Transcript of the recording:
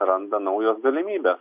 randa naują galimybę